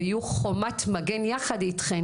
ויהיו חומת מגן יחד איתכם,